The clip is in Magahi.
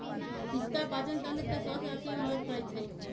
पिस्ता पाचनतंत्र के स्वस्थ रखे में मदद करई छई